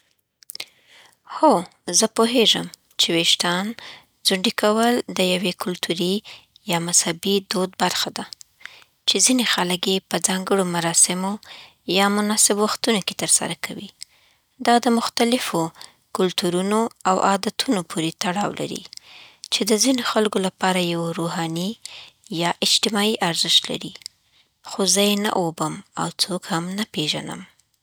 هو، زه پوهیږم چې ویشتان ځونډی کول د یوه کلتوري یا مذهبي دود برخه ده، چې ځینې خلک یې په ځانګړو مراسمو یا مناسب وختونو کې ترسره کوي. دا د مختلفو کلتورونو او عادتونو پورې تړاو لري، چې د ځینو خلکو لپاره یو روحاني یا اجتماعی ارزښت لري. خو زه یی نه اوبم او څوک هم نه پیژینم.